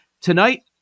Tonight